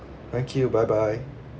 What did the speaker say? thank you bye bye